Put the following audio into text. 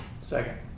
Second